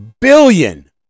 billion